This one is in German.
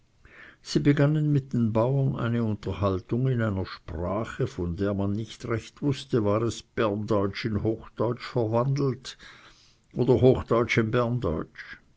und begannen mit den bauern eine unterhaltung in einer sprache von der man nicht recht wußte war es berndeutsch in hochdeutsch verwandelt oder hochdeutsch